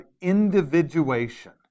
individuation